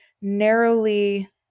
narrowly